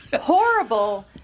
horrible